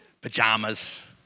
pajamas